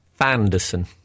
Fanderson